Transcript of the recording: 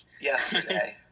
Yesterday